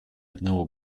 одного